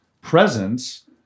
presence